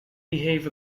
behave